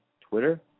Twitter